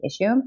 issue